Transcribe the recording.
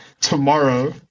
tomorrow